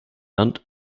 land